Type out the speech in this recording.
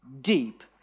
deep